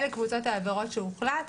אלה קבוצות העבירות שהוחלט עליהן.